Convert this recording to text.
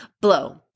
blow